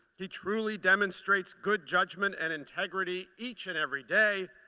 he truly demonstrates good judgement and integrity each and every day,